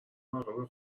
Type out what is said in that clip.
مراقب